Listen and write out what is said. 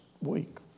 week